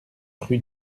rue